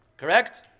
Correct